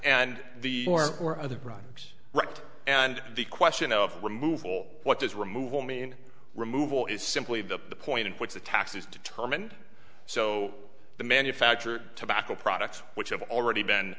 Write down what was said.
and the other broncs right and the question of where movable what does removal mean removal is simply the point in which the tax is determined so the manufacturer tobacco products which have already been